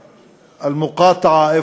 מאל-מוקטעה,